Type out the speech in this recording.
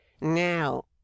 Now